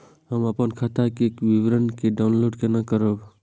हम अपन खाता के विवरण के डाउनलोड केना करब?